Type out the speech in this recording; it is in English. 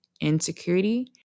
insecurity